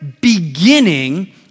beginning